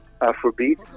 Afrobeat